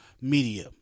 media